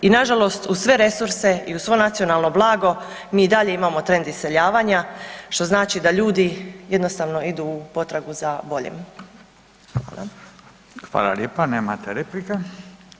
I nažalost uz sve resurse i uz svo nacionalno blago mi i dalje imamo trend iseljavanja što znači da ljudi jednostavno idu u potragu za boljim.